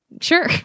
Sure